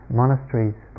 monasteries